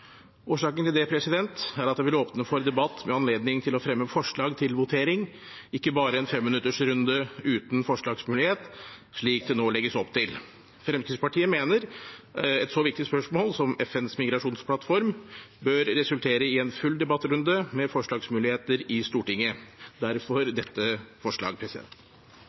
Årsaken til det er at det vil åpne for debatt med anledning til å fremme forslag til votering, ikke bare en 5-minutters runde uten forslagsmulighet, slik det nå legges opp til. Fremskrittspartiet mener at et så viktig spørsmål som FNs migrasjonsplattform bør resultere i en full debattrunde med forslagsmulighet i Stortinget – derfor dette